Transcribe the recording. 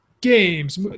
games